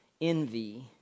envy